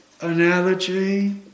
analogy